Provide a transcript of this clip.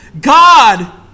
God